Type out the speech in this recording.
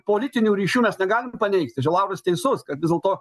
politinių ryšių mes negalim paneigti čia lauras tiesus kad vis dėlto